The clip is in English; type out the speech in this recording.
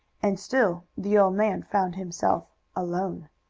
and still the old man found himself alone.